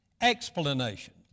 Explanation